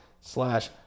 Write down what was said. slash